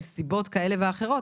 מסיבות כאלה ואחרות,